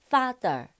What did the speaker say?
Father